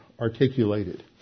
articulated